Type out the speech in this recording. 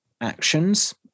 actions